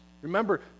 Remember